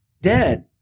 dead